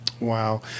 Wow